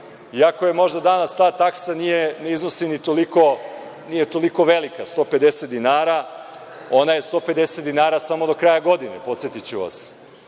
Iako danas možda ta taksa nije toliko velika, 150 dinara, ona je 150 dinara samo do kraja godine, podsetiću vas.